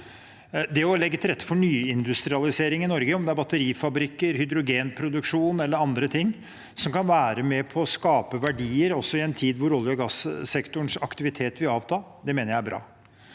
Det å legge til rette for nyindustrialisering i Norge, om det er batterifabrikker, hydrogenproduksjon eller annet som kan være med på å skape verdier, også i en tid da olje- og gassektorens aktivitet vil avta, mener jeg er bra.